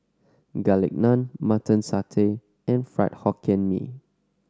Garlic Naan Mutton Satay and Fried Hokkien Mee